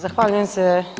Zahvaljujem se.